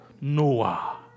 Noah